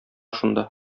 шунда